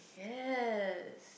yes